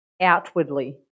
outwardly